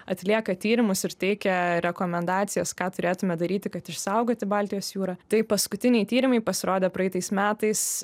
atlieka tyrimus ir teikia rekomendacijas ką turėtume daryti kad išsaugoti baltijos jūrą tai paskutiniai tyrimai pasirodę praeitais metais